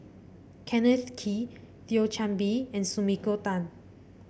Kenneth Kee Thio Chan Bee and Sumiko Tan